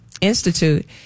institute